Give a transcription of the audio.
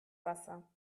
wasser